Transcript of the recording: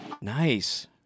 Nice